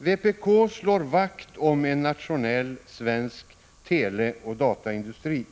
Vpk slår vakt om en nationell svensk teleoch dataindustri.